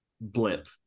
blip